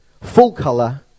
full-color